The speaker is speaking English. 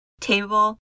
table